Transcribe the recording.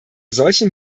solchen